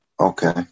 Okay